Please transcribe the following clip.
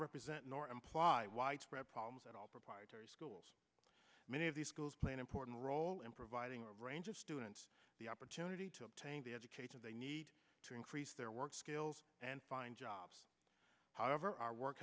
represent nor imply widespread problems at all proprietary schools many of these schools play an important role in providing a range of students the opportunity to obtain the education they need to increase their work skills and find jobs however our work